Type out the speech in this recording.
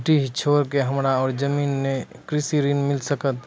डीह छोर के हमरा और जमीन ने ये कृषि ऋण मिल सकत?